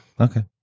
Okay